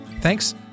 Thanks